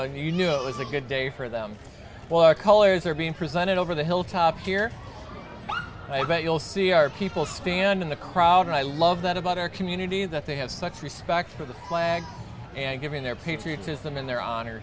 so you know it was a good day for them while our colors are being presented over the hilltop here i bet you'll see our people stand in the crowd and i love that about our community that they have such respect for the flag and giving their patriotism and their honor